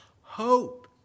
hope